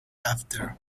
after